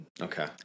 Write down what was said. okay